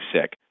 sick